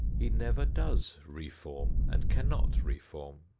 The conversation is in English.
he never does reform and cannot reform.